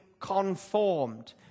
conformed